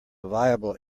viable